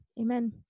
amen